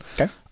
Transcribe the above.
okay